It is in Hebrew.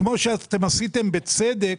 כמו שאתם עשיתם, בצדק,